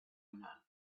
none